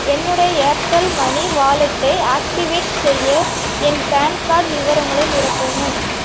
என்னுடைய Airtel money வாலெட்டை activate செய்ய என் பேன் கார்ட் விவரங்களை நிரப்பவும்